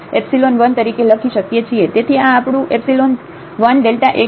તેથી આ આપણું 1Δx2Δy છે